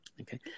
okay